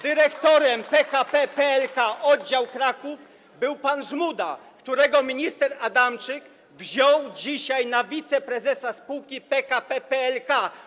Dyrektorem PKP PLK oddział Kraków był pan Żmuda, którego minister Adamczyk wziął dzisiaj na wiceprezesa spółki PKP PLK.